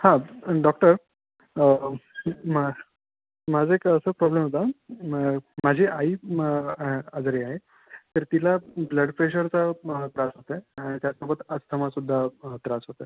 हां डॉक्टर मा माझा एक असा प्रॉब्लेम होता मग माझी आई म आजारी आहे तर तिला ब्लड प्रेशरचा त्रास होतो आहे आणि त्यासोबत अस्थमासुद्धा त्रास होतो आहे